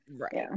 Right